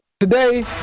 Today